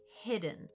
hidden